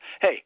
Hey